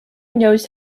knows